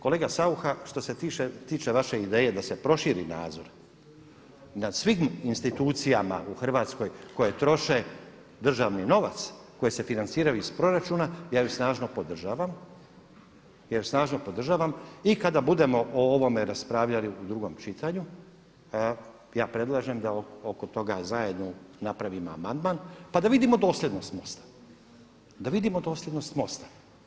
Kolega Saucha, što se tiče vaše ideje da se proširi nadzor nad svim institucijama u Hrvatskoj koje troše državni novac, koje se financiraju iz proračuna ja ju snažno podržavam, ja ju snažno podržavam, ja ju snažno podržavam i kada budemo o ovome raspravljali u drugom čitanju ja predlažem da oko toga zajedno napravimo amandman pa da vidimo dosljednost MOST-a, da vidimo dosljednost MOST-a.